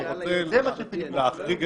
אתה מבקש להחריג